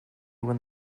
when